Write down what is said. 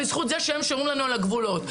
בזכות זה שהם שומרים לנו על הגבולות.